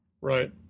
Right